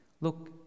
Look